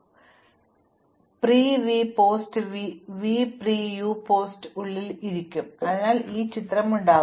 പക്ഷേ ഇത് ഇതിനുള്ളിൽ ഇരിക്കും pre v post v pre u post u ഉള്ളിൽ ഇരിക്കും അതിനാൽ എനിക്ക് ഈ ചിത്രം ഉണ്ടാകും